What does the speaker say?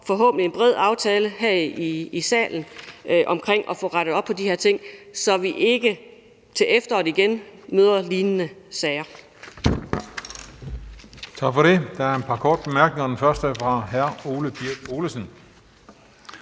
forhåbentlig kommer en bred aftale her i salen om at få rettet op på de her ting, så vi ikke til efteråret igen møder lignende sager.